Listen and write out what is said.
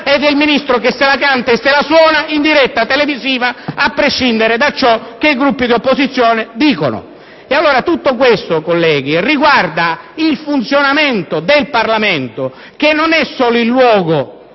è il Ministro che "se la canta e se la suona" in diretta televisiva, a prescindere da ciò che i Gruppi di opposizione dicono. Tutto questo, colleghi, riguarda il funzionamento del Parlamento, che non è solo il luogo